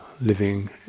living